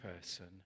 person